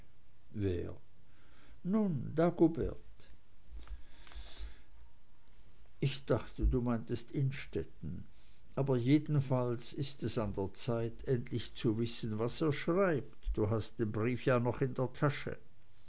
nun dagobert ich dachte du meintest innstetten aber jedenfalls ist es an der zeit endlich zu wissen was er schreibt du hast ja den brief noch in der tasche